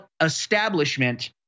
establishment